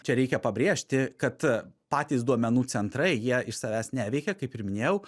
čia reikia pabrėžti kad patys duomenų centrai jie iš savęs neveikia kaip ir minėjau